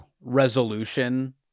resolution